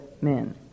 men